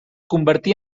convertí